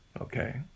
okay